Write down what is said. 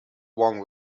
wrong